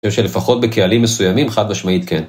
אני חושב שלפחות בקהלים מסוימים חד-משמעית כן.